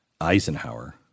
Eisenhower